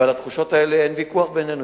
ועל התחושות האלה אין ויכוח בינינו,